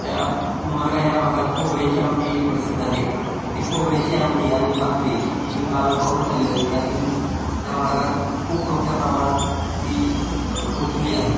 त्या उमरगा ह्या भागात खोबऱ्याची आमटी एक प्रसिद्ध आहे ते खोबऱ्याची आमटी आणि भाकरी ही काला करून खाल्ली जाते आणि ह्या भागात खूप मोठ्या प्रमाणात ती लोकप्रिय आहे